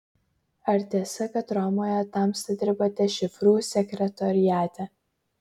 ar tiesa kad romoje tamsta dirbate šifrų sekretoriate